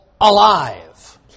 alive